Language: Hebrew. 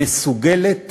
שמסוגלת